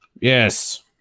Yes